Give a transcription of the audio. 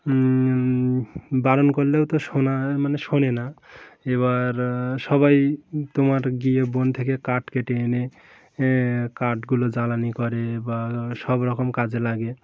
বারণ করলেও তো শোনা মানে শোনে না এবার সবাই তোমার গিয়ে বন থেকে কাঠ কেটে এনে কাঠগুলো জ্বালানি করে বা সব রকম কাজে লাগে